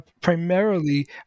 primarily